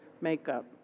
makeup